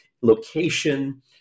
location